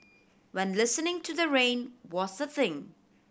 when listening to the rain was a thing